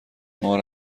ماه